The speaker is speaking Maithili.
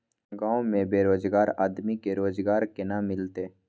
गांव में बेरोजगार आदमी के रोजगार केना मिलते?